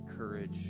courage